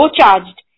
charged